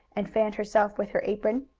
and fanned herself with her apron.